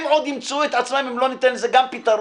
הם עוד ימצאו את עצמם אם לא ניתן לזה גם פתרון